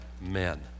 men